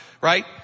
right